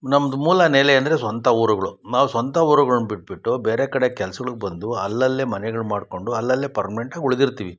ನಮ್ದು ಮೂಲ ನೆಲೆ ಅಂದರೆ ಸ್ವಂತ ಊರುಗಳು ನಾವು ಸ್ವಂತ ಊರುಗಳನ್ನು ಬಿಟ್ಟುಬಿಟ್ಟು ಬೇರೆ ಕಡೆ ಕೆಲ್ಸಗಳ್ಗೆ ಬಂದು ಅಲ್ಲಲ್ಲೇ ಮನೆಗಳು ಮಾಡಿಕೊಂಡು ಅಲ್ಲಲ್ಲೇ ಪರ್ಮ್ನೆಂಟಾಗಿ ಉಳಿದಿರ್ತೀವಿ